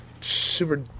super